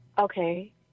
okay